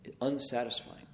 Unsatisfying